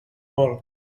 vol